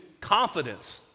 confidence